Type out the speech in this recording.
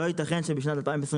העולם בשנת 2022